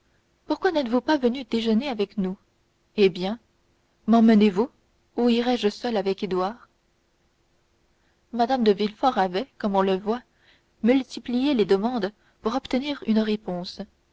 pourquoi donc n'êtes-vous pas venu déjeuner avec nous eh bien memmenez vous ou irai-je seule avec édouard mme de villefort avait comme on le voit multiplié les demandes pour obtenir une réponse